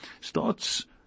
starts